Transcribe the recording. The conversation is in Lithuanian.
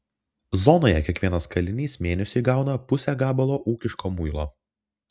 zonoje kiekvienas kalinys mėnesiui gauna pusę gabalo ūkiško muilo